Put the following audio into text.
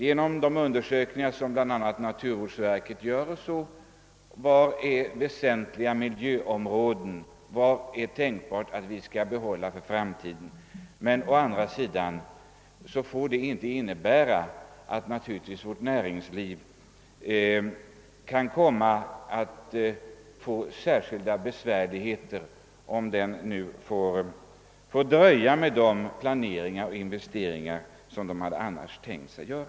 Genom de undersökningar som bl.a. naturvårdsverket gör klarläggs var det finns väsentliga områden som ur miljövårdssynpunkt bör behållas för framtiden. Men detta får naturligtvis inte innebära att vårt näringsliv åsamkas speciella besvärligheter genom att man tvingas uppskjuta planerade investeringar.